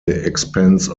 expense